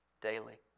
daily